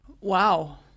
Wow